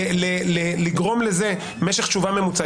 יש לך משך תשובה ממוצע?